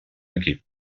equip